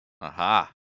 Aha